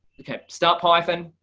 okay, stop python,